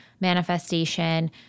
manifestation